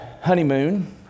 honeymoon